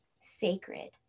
sacred